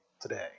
today